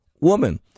Woman